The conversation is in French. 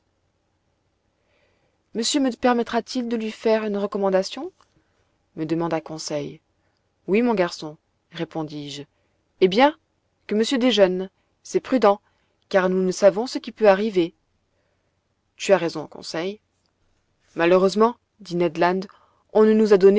monsieur me permettra t il de lui faire une recommandation me demanda conseil oui mon garçon répondis-je eh bien que monsieur déjeune c'est prudent car nous ne savons ce qui peut arriver tu as raison conseil malheureusement dit ned land on ne nous a